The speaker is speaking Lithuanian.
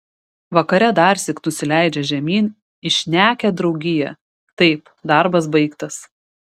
vakare darsyk nusileidžia žemyn į šnekią draugiją taip darbas baigtas